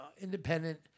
independent